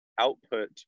output